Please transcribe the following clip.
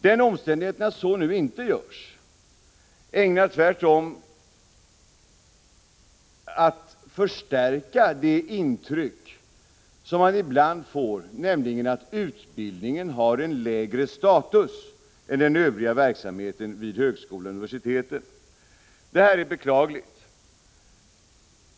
Den omständigheten att så nu inte sker är ägnad att förstärka det intryck som man ibland får, nämligen att utbildningen har lägre status än den övriga verksamheten vid högskolor och universitet. Detta är beklagligt.